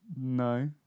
No